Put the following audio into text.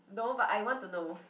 no but I want to know